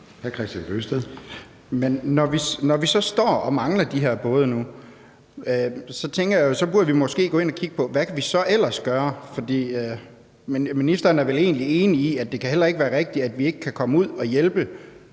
Kristian Bøgsted (DD): Men når vi så står og mangler de her både nu, tænker jeg, at vi måske burde gå ind og kigge på, hvad vi ellers kan gøre. For ministeren er vel enig i, at det heller ikke kan være rigtigt, at vi ikke kan komme ud og hjælpe